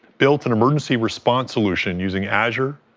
built an emergency response solution using azure,